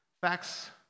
facts